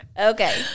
Okay